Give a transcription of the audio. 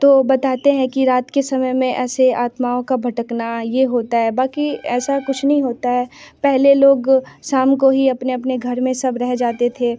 तो बताते हैं कि रात के समय में ऐसे आत्माओं का भटकना ये होता है बाकी ऐसा कुछ नहीं होता है पहले लोग शाम को ही अपने अपने घर में सब रह जाते थे